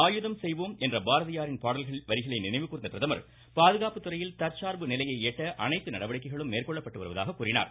ஆயுதம் செய்வோம் என்ற பாரதியாரின் பாடல் வரிகளை நினைவுகூர்ந்த பிரதமர் பாதுகாப்பு துறையில் தற்சார்பு நிலையை எட்ட அனைத்து நடவடிக்கைகளும் மேற்கொள்ளப்பட்டு வருவதாக கூறினார்